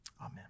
Amen